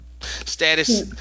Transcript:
Status